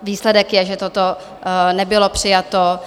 Výsledek je, že toto nebylo přijato.